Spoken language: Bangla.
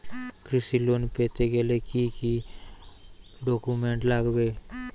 কৃষি লোন পেতে গেলে কি কি ডকুমেন্ট লাগবে?